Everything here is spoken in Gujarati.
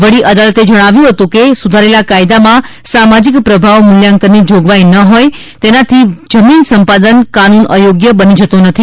વડી અદાલતે જણાવ્યું હતું કે સુધારેલા કાયદામાં સામાજિક પ્રભાવ મૂલ્યાંકનની જોગવાઇ ન હોય તેનાથી જમીન સંપાદન કાનૂન અયોગ્ય બની જતો નથી